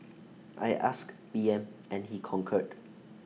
I asked P M and he concurred